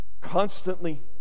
constantly